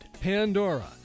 Pandora